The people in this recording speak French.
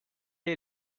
est